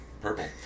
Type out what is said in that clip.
purple